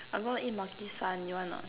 I'm gonna eat Makisan you want or not